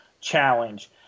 challenge